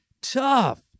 Tough